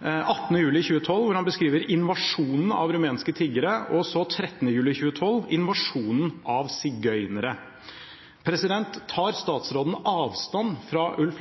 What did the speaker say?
18. juli 2012, hvor han beskriver «invasjonen av rumenske tiggere», og 13. juli 2012 invasjonen av sigøynere. Tar statsråden avstand fra Ulf